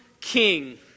king